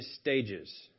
stages